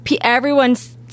everyone's